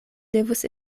devus